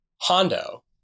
Hondo